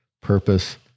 Purpose